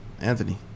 Anthony